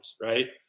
right